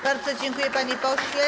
Bardzo dziękuję, panie pośle.